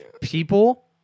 people